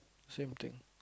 same thing